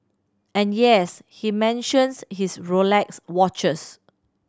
and yes he mentions his Rolex watches